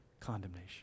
Condemnation